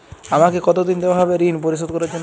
আমাকে কতদিন দেওয়া হবে ৠণ পরিশোধ করার জন্য?